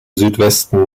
südwesten